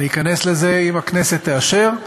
ואני אכנס לזה, אם הכנסת תאשר,